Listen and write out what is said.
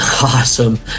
awesome